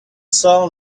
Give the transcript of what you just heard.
saw